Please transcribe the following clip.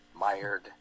mired